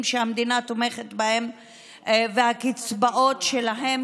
שבהם המדינה תומכת ואת הקצבאות שלהם,